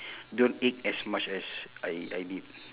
don't ache as much as I I did